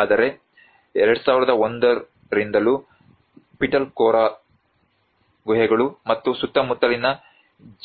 ಆದರೆ 2001 ರಿಂದಲೂ ಪಿಟಲ್ಖೋರಾ ಗುಹೆಗಳು ಮತ್ತು ಸುತ್ತಮುತ್ತಲಿನ